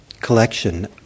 collection